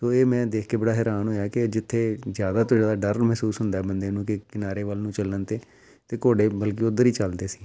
ਸੋ ਇਹ ਮੈਂ ਦੇਖ ਕੇ ਬੜਾ ਹੈਰਾਨ ਹੋਇਆ ਕਿ ਜਿੱਥੇ ਜ਼ਿਆਦਾ ਤੋਂ ਜ਼ਿਆਦਾ ਡਰ ਮਹਿਸੂਸ ਹੁੰਦਾ ਬੰਦੇ ਨੂੰ ਕਿ ਕਿਨਾਰੇ ਵੱਲ ਨੂੰ ਚੱਲਣ 'ਤੇ ਅਤੇ ਘੋੜੇ ਬਲਕਿ ਉੱਧਰ ਹੀ ਚੱਲਦੇ ਸੀ